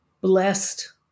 blessed